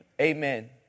amen